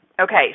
Okay